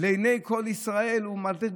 לעיני כל ישראל הוא מתמיד,